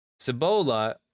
Cibola